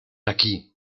aquí